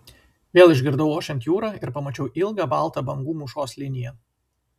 vėl išgirdau ošiant jūrą ir pamačiau ilgą baltą bangų mūšos liniją